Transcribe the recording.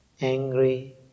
angry